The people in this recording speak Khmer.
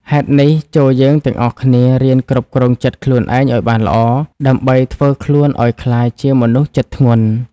ហេតុនេះ ចូលយើងទាំងអស់គ្នារៀនគ្រប់គ្រងចិត្តខ្លួនឯងឱ្យបានល្អ ដើម្បីធ្វើខ្លួនឱ្យក្លាយទៅជាមនុស្សចិត្តធ្ងន់។